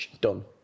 done